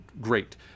great